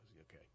okay